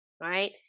Right